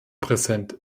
präsent